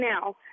now